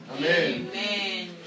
Amen